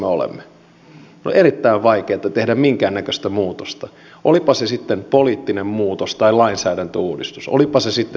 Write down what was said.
on erittäin vaikeata tehdä minkäännäköistä muutosta olipa se sitten poliittinen muutos tai lainsäädäntöuudistus olipa se sitten työmarkkinauudistus